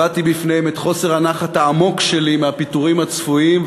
הבעתי בפניהם את חוסר הנחת העמוק שלי מהפיטורים הצפויים,